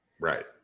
Right